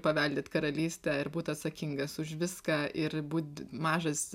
paveldėt karalystę ir būt atsakingas už viską ir būt mažas